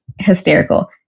Hysterical